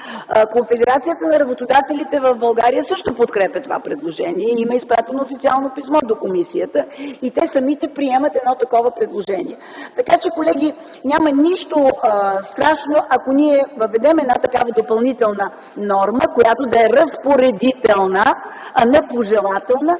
Конфедерацията на работодателите в България също подкрепя това предложение. Има изпратено официално писмо до комисията. Те приемат такова предложение. Колеги, няма нищо страшно, ако въведем такава допълнителна норма, която да е разпоредителна, а не пожелателна,